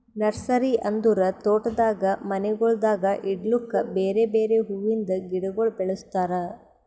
nursery ಅಂದುರ್ ತೋಟದಾಗ್ ಮನಿಗೊಳ್ದಾಗ್ ಇಡ್ಲುಕ್ ಬೇರೆ ಬೇರೆ ಹುವಿಂದ್ ಗಿಡಗೊಳ್ ಬೆಳುಸ್ತಾರ್